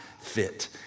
fit